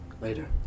later